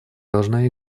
должна